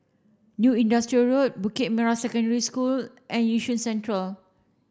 New Industrial Road Bukit Merah Secondary School and Yishun Central